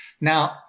Now